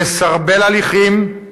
מסרבל הליכים,